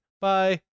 bye